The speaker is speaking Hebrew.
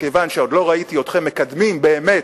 מכיוון שעוד לא ראיתי אתכם מקדמים באמת